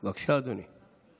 בבקשה, אדוני.